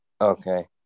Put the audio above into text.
Okay